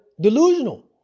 delusional